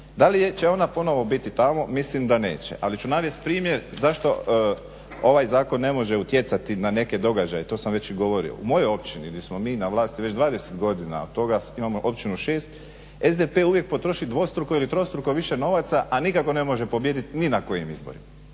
Da li će ona ponovno biti tamo? Mislim da neće. Ali ću navesti primjer zašto ovaj zakon ne može utjecati na neke događaje, to sam već i govorio. U mojoj općini gdje smo mi na vlasti već 20 godina od toga imamo općinu 6, SDP potroši dvostruko ili trostruko više novaca a nikako ne može pobijediti ni na kojim izborima.